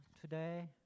today